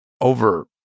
over